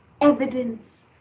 evidence